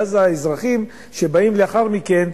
ואז האזרחים שבאים לאחר מכן,